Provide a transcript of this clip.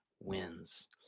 wins